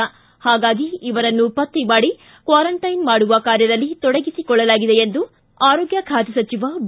ಪಾಗಾಗಿ ಇವರನ್ನು ಪತ್ತೆ ಮಾಡಿ ಕ್ವಾರಂಟೈನ್ ಮಾಡುವ ಕಾರ್ಯದಲ್ಲಿ ತೊಡಗಿಸಿಕೊಳ್ಳಲಾಗಿದೆ ಎಂದು ಆರೋಗ್ಯ ಖಾತೆ ಸಚಿವ ಬಿ